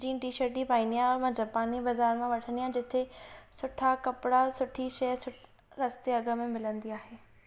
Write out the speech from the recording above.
jean T shirt ई पाईंदी आहियां ऐं मां जपानी बज़ार मां वठंदी आहियां जिते सुठा कपड़ा सुठी शइ सस्ते अघ में मिलंदी आहे